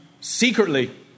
secretly